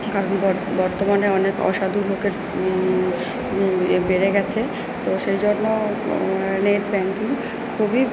কারণ বর্তমানে অনেক অসাধু লোকের এ বেড়ে গেছে তো সেই জন্য নেট ব্যাংকিং খুবই